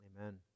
amen